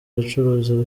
bacuruza